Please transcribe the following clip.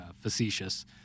facetious